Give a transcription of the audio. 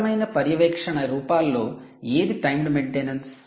సరళమైన పర్యవేక్షణ రూపాల్లో ఏది టైమ్డు మైంటెనెన్సు